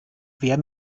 wer